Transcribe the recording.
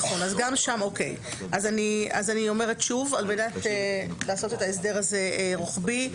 כדי לעשות את ההסדר הזה רוחבי,